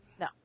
No